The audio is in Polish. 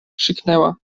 krzyknęła